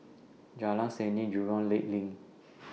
Jalan Seni Jurong Lake LINK